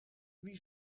wie